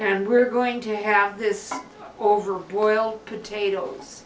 and we're going to have this over boiled potatoes